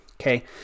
Okay